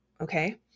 Okay